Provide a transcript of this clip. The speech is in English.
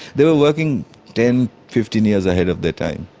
they were working ten, fifteen years ahead of their time.